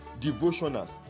devotionals